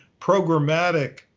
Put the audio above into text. programmatic